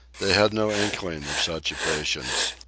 they had no inkling of such a patience.